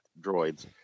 droids